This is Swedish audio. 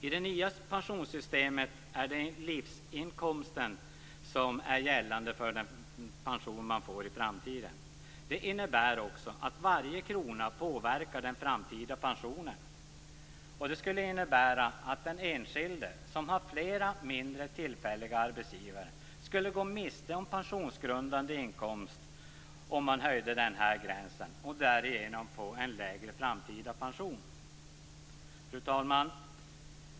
I det nya pensionssystemet är det livsinkomsten som är bestämmande för den pension man får i framtiden. Det innebär också att varje krona påverkar den framtida pensionen. Det skulle innebära att den enskilde som har flera mindre tillfälliga arbetsgivare skulle gå miste om pensionsgrundande inkomst om man höjde gränsen och därigenom få en lägre framtida pension. Fru talman!